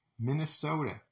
Minnesota